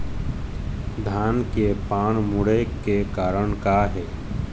धान के पान मुड़े के कारण का हे?